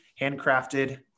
Handcrafted